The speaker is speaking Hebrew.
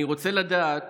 אני רוצה לדעת